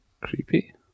Creepy